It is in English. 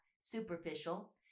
superficial